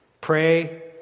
Pray